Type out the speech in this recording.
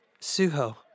Suho